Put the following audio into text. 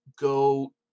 go